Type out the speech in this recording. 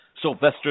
Sylvester